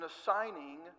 assigning